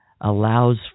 allows